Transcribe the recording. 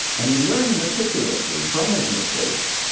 and he learned meticulously from his mistakes.